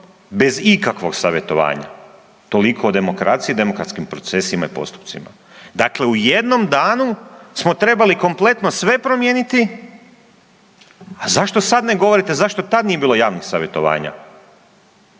bez ikakvog savjetovanja. Toliko o demokraciji i demokratskim procesima i postupcima. Dakle, u jednom danu smo trebali kompletno sve promijeniti, a zašto sad ne govorite zašto tad nije bilo javnih savjetovanja?